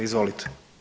Izvolite.